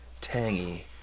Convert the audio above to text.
tangy